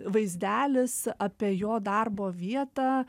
vaizdelis apie jo darbo vietą